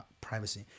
privacy